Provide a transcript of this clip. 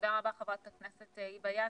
תודה רבה, חברת הכנסת היבה יזבק.